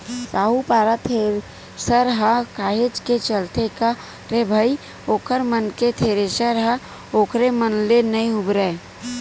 साहूपारा थेरेसर ह काहेच के चलथे का रे भई ओखर मन के थेरेसर ह ओखरे मन ले नइ उबरय